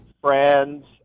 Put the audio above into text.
friends